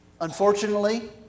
Unfortunately